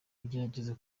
ugerageza